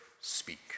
speak